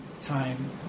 time